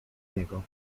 niego